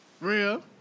Real